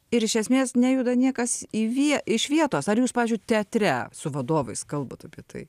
ir iš esmės nejuda niekas į vieną iš vietos ar jūs pavyzdžiui teatre su vadovais kalbat apie tai